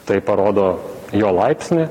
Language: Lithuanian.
tai parodo jo laipsnį